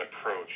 approach